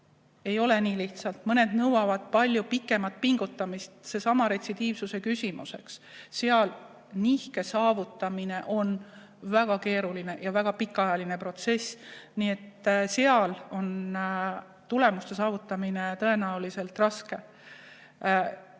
ei ole see nii lihtne, mõned nõuavad palju pikemat pingutamist. Seesama retsidiivsuse küsimus, eks ole. Seal nihke saavutamine on väga keeruline ja väga pikaajaline protsess. Nii et seal on tulemuste saavutamine kindlasti raske,